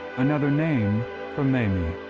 another name for mamie.